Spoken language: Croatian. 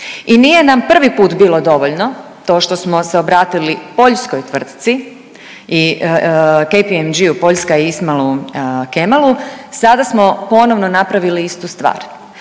I nije nam prvi put bilo dovoljno to što smo se obratili poljskoj tvrtci i KPMG Poljska Ismalu Kamalu sada smo ponovo napravili istu stvar.